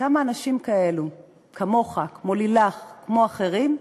כמה אנשים כאלו, כמוך, כמו לילך, כמו אחרים,